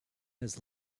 has